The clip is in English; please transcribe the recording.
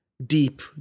deep